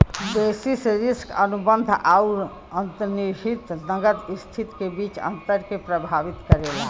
basis risk अनुबंध आउर अंतर्निहित नकद स्थिति के बीच अंतर के प्रभावित करला